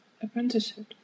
apprenticeship